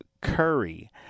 curry